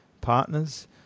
partners